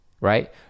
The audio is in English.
right